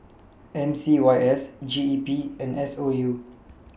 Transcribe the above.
M C Y S G E P and S O U